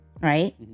right